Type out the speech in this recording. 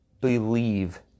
believe